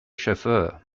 chauffeur